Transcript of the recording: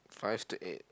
five to eight